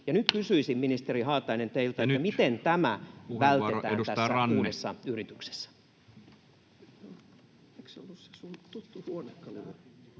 Kysyisin, ministeri Haatainen, teiltä nyt: miten tämä vältetään tässä uudessa yrityksessä?